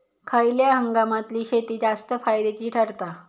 खयल्या हंगामातली शेती जास्त फायद्याची ठरता?